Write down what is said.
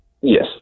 Yes